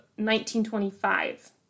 1925